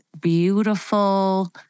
beautiful